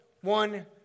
one